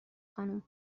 خانم